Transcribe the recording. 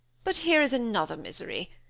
but here is another misery.